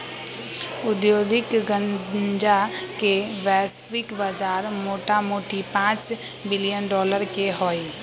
औद्योगिक गन्जा के वैश्विक बजार मोटामोटी पांच बिलियन डॉलर के हइ